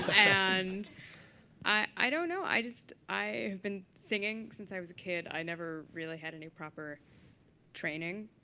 and i don't know. i just i have been singing since i was a kid. i never really had any proper training.